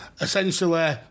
essentially